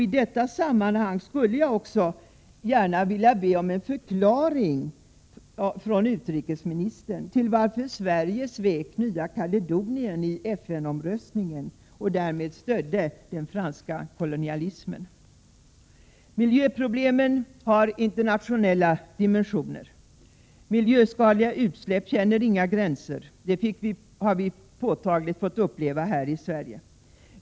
I detta sammanhang skulle jag också gärna vilja be om en förklaring från utrikesministern varför Sverige svek Nya Kaledonien i FN-omröstningen och därmed stödde den franska kolonialismen. Miljöproblemen har internationella dimensioner. Miljöskadliga utsläpp känner inga gränser — det har vi påtagligt fått uppleva här i Sverige.